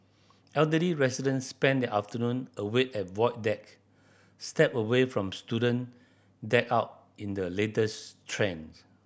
elderly residents spend their afternoon away at Void Deck step away from student decked out in the latest trends